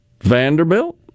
Vanderbilt